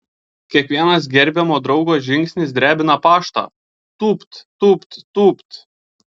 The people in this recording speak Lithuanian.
kiekvienas gerbiamo draugo žingsnis drebina paštą tūpt tūpt tūpt